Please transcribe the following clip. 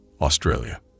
Australia